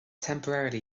temporarily